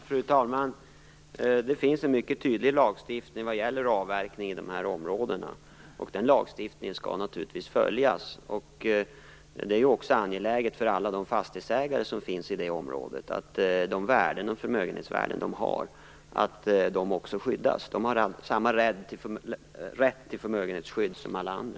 Fru talman! Det finns en mycket tydlig lagstiftning vad gäller avverkning i dessa områden. Den lagstiftningen skall naturligtvis följas. Det är ju också angeläget för de fastighetsägare som finns i området att de värden och förmögenhetsvärden som de har skyddas. De har samma rätt till förmögenhetsskydd som alla andra.